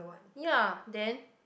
ya then